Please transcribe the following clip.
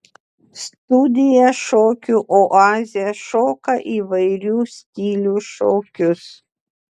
studija šokių oazė šoka įvairių stilių šokius